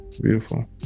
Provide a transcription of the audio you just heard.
Beautiful